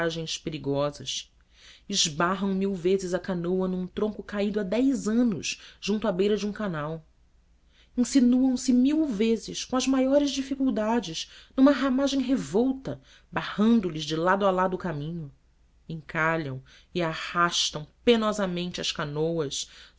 perigosas esbarram mil vezes a canoa num tronco caído há dez anos junto à beira de um canal insinuam se mil vezes com as maiores dificuldades numa ramagem revolta barrando lhes de lado a lado o caminho encalham e arrastam penosamente as canoas